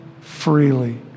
freely